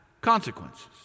consequences